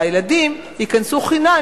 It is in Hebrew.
והילדים ייכנסו חינם,